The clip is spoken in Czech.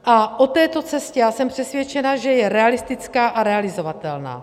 A o této cestě já jsem přesvědčena, že je realistická a realizovatelná.